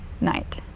night